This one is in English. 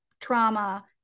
trauma